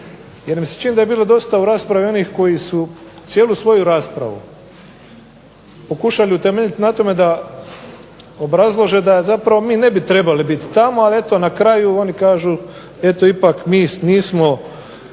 jer mi se čini da je bilo dosta u raspravi onih koji su cijelu svoju raspravu pokušali utemeljiti na tome da obrazlože da zapravo mi ne bi trebali biti tamo, ali na kraju oni kažu da eto ipak mi nismo